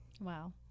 Wow